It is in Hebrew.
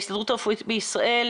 ההסתדרות הרפואית בישראל,